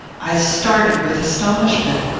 i started with astonishment.